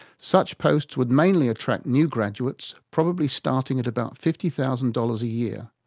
such posts would mainly attract new graduates, probably starting at about fifty thousand dollars a year,